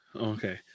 Okay